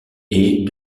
est